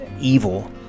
evil